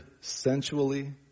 sensually